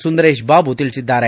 ಸುಂದರೇಶ್ ಬಾಬು ತಿಳಿಸಿದ್ದಾರೆ